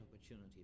opportunity